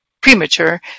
premature